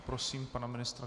Prosím, pane ministře.